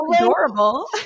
adorable